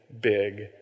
big